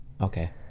okay